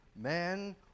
man